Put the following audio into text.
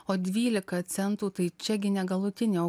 o dvylika centų tai čiagi negalutinė o